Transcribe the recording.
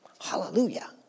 Hallelujah